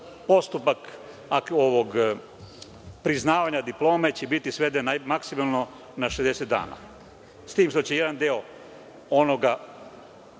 postupak priznavanja diplome će biti sveden na maksimalno 60 dana. S tim što će jedan deo, a